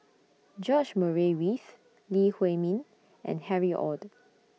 George Murray Reith Lee Huei Min and Harry ORD